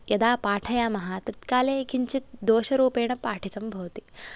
यदा पाठयामः तत्काले किञ्चित् दोषरूपेण पाठितं भवति